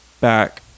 Back